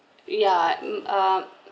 yeah um